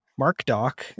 Markdoc